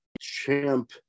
champ